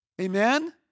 Amen